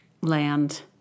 land